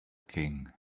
king